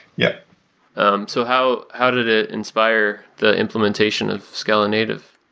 yeah um so how how did it inspire the implementation of scala-native?